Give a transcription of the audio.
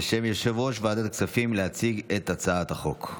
בשם יושב-ראש ועדת הכספים, להציג את הצעת החוק.